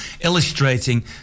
illustrating